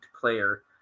player